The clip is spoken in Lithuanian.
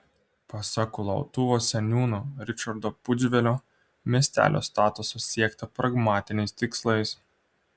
pasak kulautuvos seniūno ričardo pudževelio miestelio statuso siekta pragmatiniais tikslais